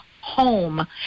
home